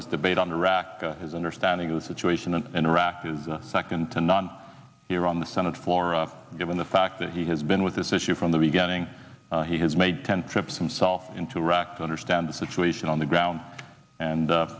this debate on iraq his understanding of the situation and interact is second to none here on the senate floor given the fact that he has been with this issue from the beginning he has made ten trips himself into iraq to understand the situation on the ground and